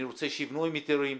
אני רוצה שיבנו עם היתרים.